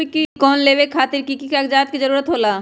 खेती लोन लेबे खातिर की की कागजात के जरूरत होला?